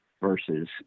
versus